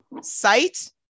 site